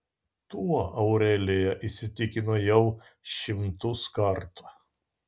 tuo aurelija įsitikino jau šimtus kartų